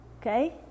Okay